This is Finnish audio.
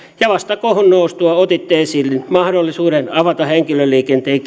ja vasta kohun noustua otitte esiin mahdollisuuden avata henkilöliikenteen